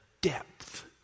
depth